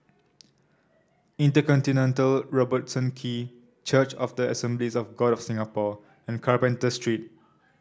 InterContinental Robertson Quay Church of the Assemblies of God of Singapore and Carpenter Street